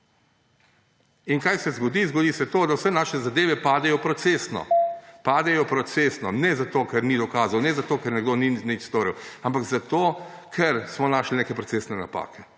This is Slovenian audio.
In kaj se zgodi? Zgodi se to, da vse naše zadeve padejo procesno. Padejo procesno; ne zato, ker ni dokazov, ne zato, ker nekdo ni nič storil, ampak zato, ker smo našli neke procesne napake.